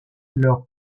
leur